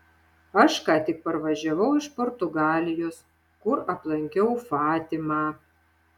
aš ką tik parvažiavau iš portugalijos kur aplankiau fatimą